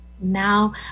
now